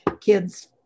kids